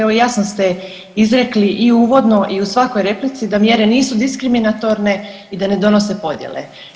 Evo jasno ste izrekli i uvodno i u svakoj replici da mjere nisu diskriminatorne i da ne donose podjele.